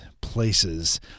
places